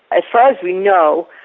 as far as we know,